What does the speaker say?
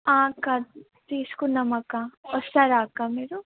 అక్కా తీసుకుందాం అక్కా వస్తారా అక్కా మీరు